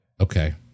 Okay